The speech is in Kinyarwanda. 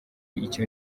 icyo